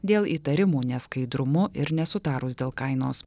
dėl įtarimų neskaidrumu ir nesutarus dėl kainos